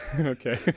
Okay